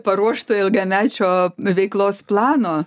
paruošto ilgamečio veiklos plano